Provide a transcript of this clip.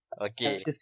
Okay